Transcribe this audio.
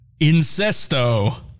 Incesto